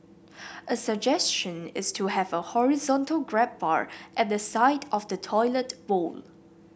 a suggestion is to have a horizontal grab bar at the side of the toilet bowl